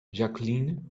jacqueline